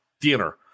dinner